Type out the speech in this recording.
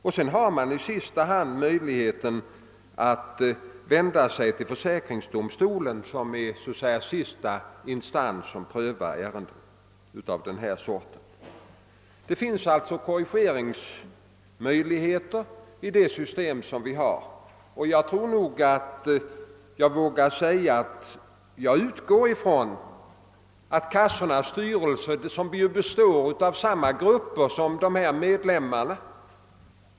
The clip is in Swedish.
I sista hand har man möjlighet att vända sig till försäkringsdomstolen som är den sista instans vilken prövar ärenden av denna art. Det finns alltså korrigeringsmöjligheter i det system som vi har. Arbetslöshetskassornas styrelse består ju av folk från samma grupper som de försäkrade.